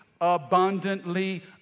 abundantly